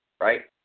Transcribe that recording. right